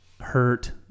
hurt